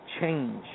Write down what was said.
change